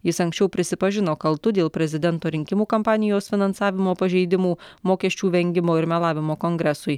jis anksčiau prisipažino kaltu dėl prezidento rinkimų kampanijos finansavimo pažeidimų mokesčių vengimo ir melavimo kongresui